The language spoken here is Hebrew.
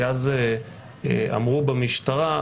כי אז אמרו במשטרה,